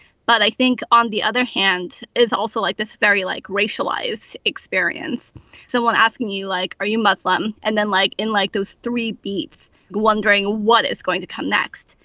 but i think on the other hand it's also like this very like racialized experience someone asking you like are you muslim. and then like in like those three beats wondering what it's going to come next.